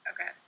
Okay